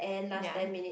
ya